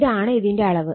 ഇതാണ് ഇതിന്റെ അളവ്